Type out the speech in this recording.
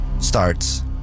starts